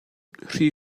hri